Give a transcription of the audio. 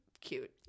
cute